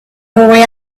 boy